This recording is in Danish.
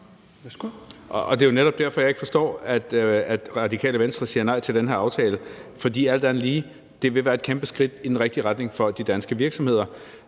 Det er jo netop derfor, jeg ikke forstår, at Radikale Venstre siger nej til den her aftale, for alt andet lige vil det være et kæmpe skridt i den rigtige retning for de danske virksomheder.